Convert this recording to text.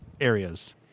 areas